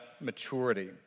maturity